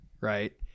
Right